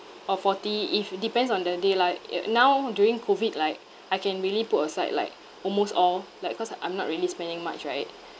or forty if depends on the day lah it now during COVID like I can really put aside like almost all like cause I'm not really spending much right